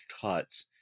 cuts